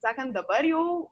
sakant dabar jau